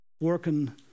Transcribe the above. working